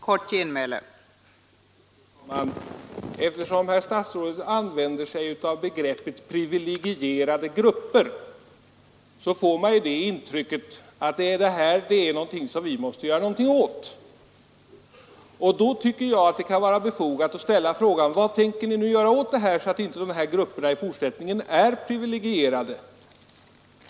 Fru talman! Eftersom herr statsrådet använder begreppet ”privilegierade grupper” får man det intrycket att detta är någonting som vi måste göra någonting åt. Då tycker jag att det kan vara befogat att ställa frågan: Vad tänker ni nu göra åt detta så att inte de här grupperna i fortsättningen är privilegierade?